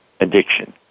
addiction